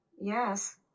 yes